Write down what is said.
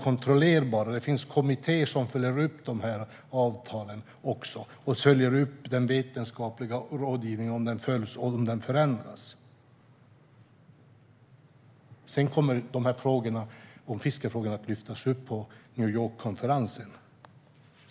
kontrollerbara, och det finns kommittéer som följer upp avtalen liksom att den vetenskapliga rådgivningen följs och om den förändras. Fiskefrågorna kommer att lyftas upp på New York-konferensen.